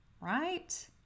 right